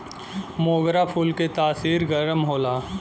मोगरा फूल के तासीर गरम होला